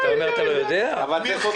הוא אומר: אני לא יודע.